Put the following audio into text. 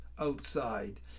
outside